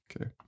Okay